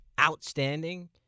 outstanding